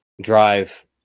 drive